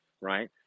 Right